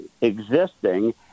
existing